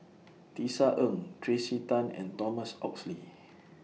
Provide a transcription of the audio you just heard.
Tisa Ng Tracey Tan and Thomas Oxley